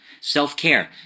Self-care